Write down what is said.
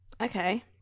Okay